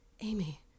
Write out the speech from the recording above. Amy